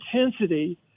intensity